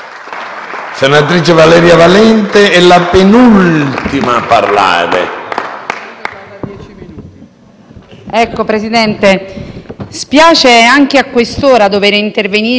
Signor Presidente, spiace anche a quest'ora dover iniziare l'ennesimo intervento nella perdurante assenza...